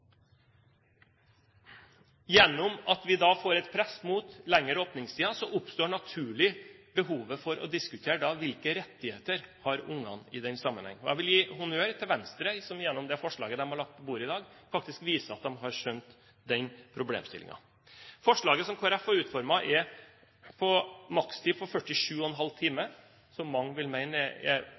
Gjennom at vi da får et press mot lengre åpningstider, oppstår naturlig behovet for å diskutere hvilke rettigheter barna har i den sammenhengen. Jeg vil gi honnør til Venstre som gjennom det forslaget de har lagt på bordet i dag, faktisk viser at de har skjønt den problemstillingen. Forslaget som Kristelig Folkeparti har utformet, gjelder en makstid på 47,5 timer per uke, som mange vil mene er